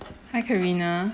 hi Carina